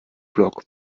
block